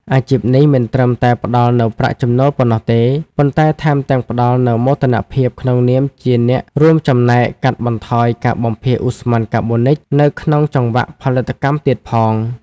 អាជីពនេះមិនត្រឹមតែផ្ដល់នូវប្រាក់ចំណូលប៉ុណ្ណោះទេ ប៉ុន្តែថែមទាំងផ្ដល់នូវមោទនភាពក្នុងនាមជាអ្នករួមចំណែកកាត់បន្ថយការបំភាយឧស្ម័នកាបូនិចនៅក្នុងចង្វាក់ផលិតកម្មទៀតផង។